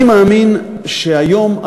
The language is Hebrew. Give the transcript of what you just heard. אני מאמין שהיום,